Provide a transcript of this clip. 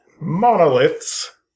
Monoliths